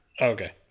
Okay